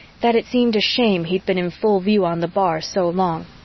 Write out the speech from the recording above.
that it seemed a shame he'd been in full view on the bar so long.